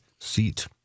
seat